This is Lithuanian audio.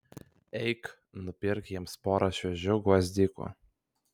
eik nupirk jiems porą šviežių gvazdikų